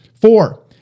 Four